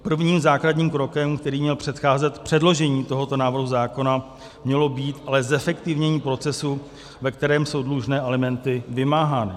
Prvním základním krokem, který měl předcházet předložení tohoto návrhu zákona, mělo být ale zefektivnění procesu, ve kterém jsou dlužné alimenty vymáhány.